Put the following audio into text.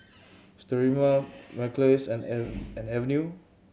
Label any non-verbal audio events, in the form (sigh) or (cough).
Sterimar (unintelligible) and Avene